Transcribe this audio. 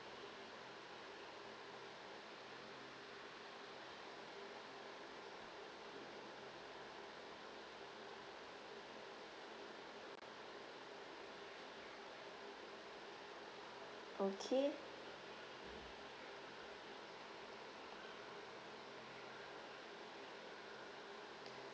okay